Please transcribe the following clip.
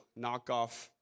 knockoff